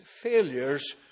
failures